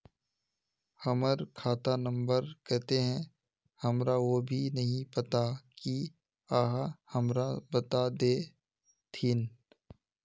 हमर खाता नम्बर केते है हमरा वो भी नहीं पता की आहाँ हमरा बता देतहिन?